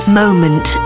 moment